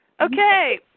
Okay